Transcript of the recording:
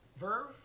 Verve